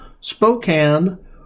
Spokane